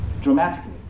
dramatically